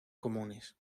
comunes